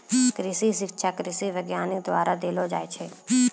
कृषि शिक्षा कृषि वैज्ञानिक द्वारा देलो जाय छै